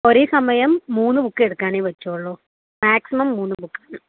ഒരേ സമയം മൂന്ന് ബുക്കെടുക്കാനെ പറ്റുകയുളളൂ മാക്സിമം മൂന്ന് ബുക്ക്